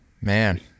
man